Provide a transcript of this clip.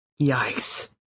Yikes